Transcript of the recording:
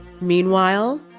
Meanwhile